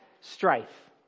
strife